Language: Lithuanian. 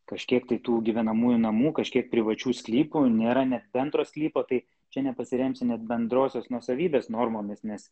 kažkiek tai tų gyvenamųjų namų kažkiek privačių sklypų nėra net bendro sklypą tai čia nepasiremsi net bendrosios nuosavybės normomis nes